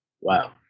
wow